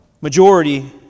majority